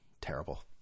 terrible